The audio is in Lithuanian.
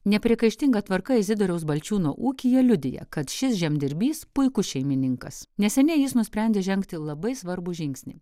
nepriekaištinga tvarka izidoriaus balčiūno ūkyje liudija kad šis žemdirbys puikus šeimininkas neseniai jis nusprendė žengti labai svarbų žingsnį